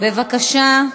בבקשה.